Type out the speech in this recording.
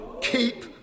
Keep